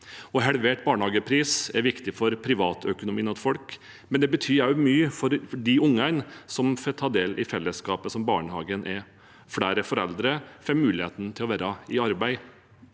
Halvert barnehagepris er viktig for privatøkonomien til folk, men det betyr også mye for de ungene som får ta del i felleskapet som barnehagen er. Flere foreldre får muligheten til å være i arbeid.